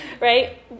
right